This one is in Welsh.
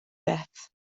beth